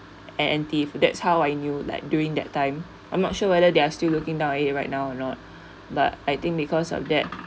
and N_T that's how I knew like during that time I'm not sure whether they are still looking down right now or not but I think because of that